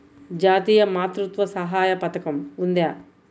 జాతీయ మాతృత్వ సహాయ పథకం ఉందా?